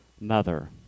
mother